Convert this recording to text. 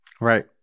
Right